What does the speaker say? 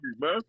man